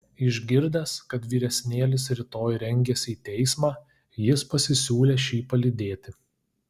išgirdęs kad vyresnėlis rytoj rengiasi į teismą jis pasisiūlė šį palydėti